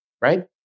right